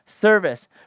service